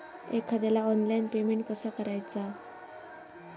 एखाद्याला online payment कसा करायचा?